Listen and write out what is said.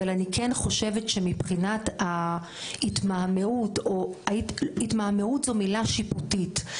אבל אני כן חושבת שמבחינת ההתמהמהות התמהמהות זו מילה שיפוטית,